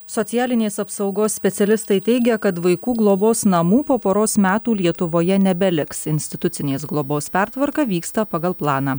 socialinės apsaugos specialistai teigia kad vaikų globos namų po poros metų lietuvoje nebeliks institucinės globos pertvarka vyksta pagal planą